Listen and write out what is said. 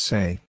Say